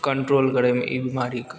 control करयमे ई बीमारीके